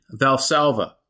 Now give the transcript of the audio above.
Valsalva